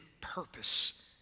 purpose